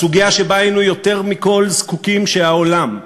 בסוגיה שבה היינו יותר מכול זקוקים שהעולם,